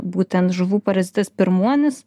būtent žuvų parazitas pirmuonis